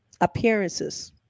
Appearances